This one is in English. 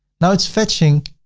now it's fetching